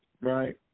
right